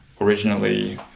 originally